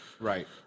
Right